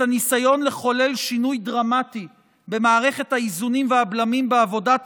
הניסיון לחולל שינוי דרמטי במערכת האיזונים והבלמים בעבודת